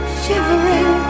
shivering